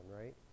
right